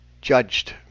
judged